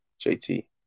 jt